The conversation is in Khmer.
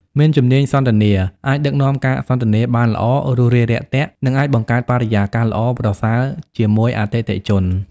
មានជំនាញសន្ទនា អាចដឹកនាំការសន្ទនាបានល្អ រួសរាយរាក់ទាក់ និងអាចបង្កើតបរិយាកាសល្អប្រសើរជាមួយអតិថិជន។